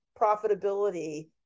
profitability